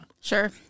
Sure